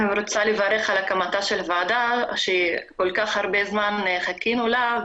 אני רוצה לברך על הקמתה של ועדה שכל כך הרבה זמן חיכינו לה,